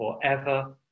forever